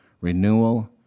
renewal